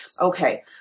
Okay